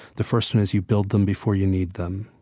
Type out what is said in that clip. the first one is you build them before you need them.